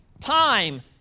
Time